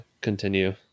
continue